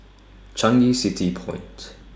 Changi City Point